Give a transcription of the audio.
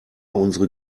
unsere